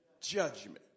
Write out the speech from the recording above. judgment